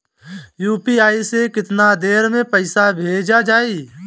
UPI से केतना देर मे पईसा भेजा जाई?